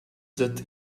that